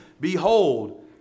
behold